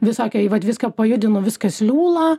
visokie vat viską pajudinu viskas liūla